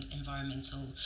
environmental